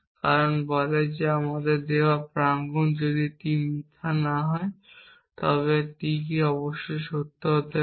কারণ বলে যে আমাদের দেওয়া প্রাঙ্গন যদি T মিথ্যা না হয় তবে T অবশ্যই সত্য হতে হবে